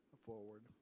forward